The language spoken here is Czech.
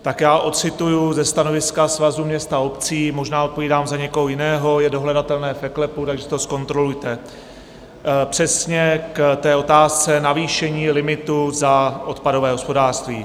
Tak já ocituji ze stanoviska Svazu měst a obcí, možná odpovídám za někoho jiného, je to dohledatelné v eKLEPu, takže si to zkontrolujte, přesně k té otázce navýšení limitu za odpadové hospodářství.